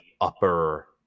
upper